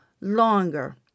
longer